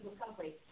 recovery